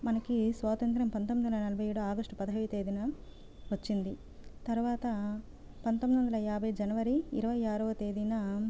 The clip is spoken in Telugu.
మనకి స్వాతంత్య్రం పంతొమ్మిది వందల నలభై ఏడు ఆగష్టు పదహైదవ తేదీన వచ్చింది తరువాత పంతొమ్మిది వందల యాభై జనవరి ఇరవై ఆరవ తేదీన